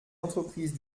entreprises